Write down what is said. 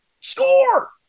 score